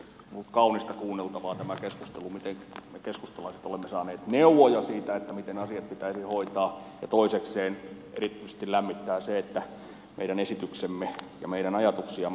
on kaunista kuunneltavaa tämä keskustelu miten me keskustalaiset olemme saaneet neuvoja siitä miten asiat pitäisi hoitaa ja toisekseen erityisesti lämmittää se että meidän esityksiämme ja meidän ajatuksiamme on luettu